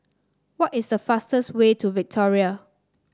what is the fastest way to Victoria